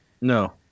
No